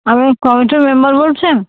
আপনি কমিটির মেম্বার বলছেন